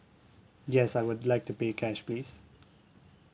yes I would like to pay cash please